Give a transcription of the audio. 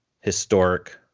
historic